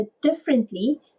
differently